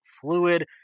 fluid